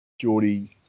Geordie